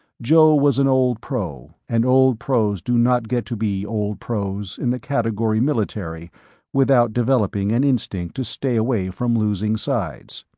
joe was an old pro and old pros do not get to be old pros in the category military without developing an instinct to stay away from losing sides.